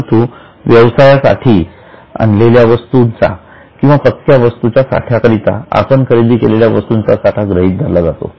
परंतु व्यवसायासाठी असलेल्या वस्तूचा किंवा पक्क्या वस्तूच्या साठ्याकरिता आपण खरेदी केलेल्या वस्तूचा साठा गृहीत धरला जातो